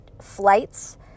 flights